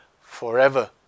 forever